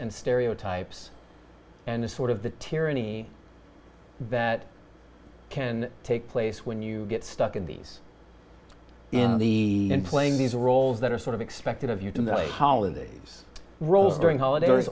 and stereotypes and the sort of the tyranny that can take place when you get stuck in these in the in playing these roles that are sort of expected of you to holidays roll during holidays